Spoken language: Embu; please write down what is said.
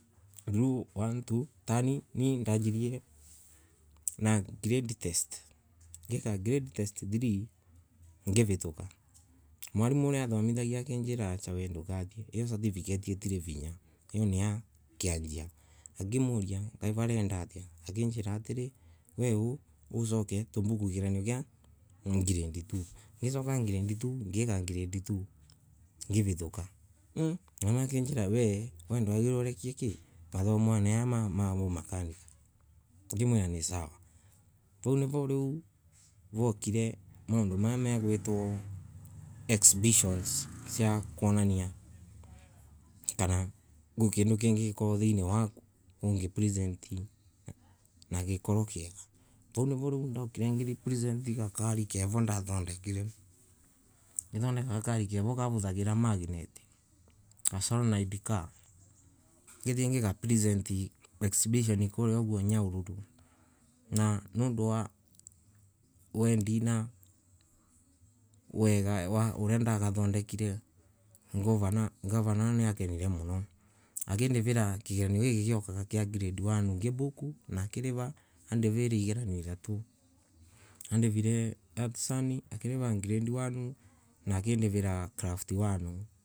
Rule one and two riu tanie nanderirie na grade test ngeka grade three na ngivi tuka mwalimu uria athomithagia akimbira ati io certificate iti vinya ngimuria atiri kwa arenda atia akimbira tubook kigerio kia grade two ngisoko ngeka grade two na ngivituke akimbira wee mathomo moma ma makanika matikwagirire ngimwira ni sawa vau nivo vaukire maundu mama ma exhibition aa kwonani kana kwi kindu ukaragwa nakio unga present na gikurwe kuga vau niko na presentire gakori kengi vau kavuthagira magnet na gakari na ngithie ngika present na kua Nakuru ooh sorry na kuo Nyahururu wendi na wega uria nau ngithondeka ngavana niakenire muno akindirira kigeriokia grade two na akilira na niwatevire igekio ithatu artisani grade one na craft one.